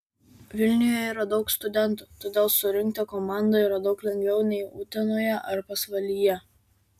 vilniuje yra daug studentų todėl surinkti komandą yra daug lengviau nei utenoje ar pasvalyje